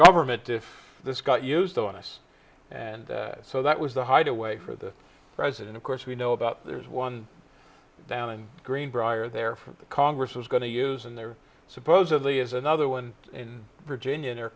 government if this got used on us and so that was the hideaway for the president of course we know about there's one down and greenbrier there for the congress was going to use and there supposedly is another one in virginia